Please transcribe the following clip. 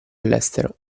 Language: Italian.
all’estero